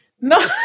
no